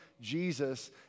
Jesus